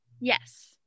yes